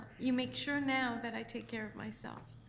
you make sure now that i take care of myself.